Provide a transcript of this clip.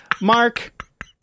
mark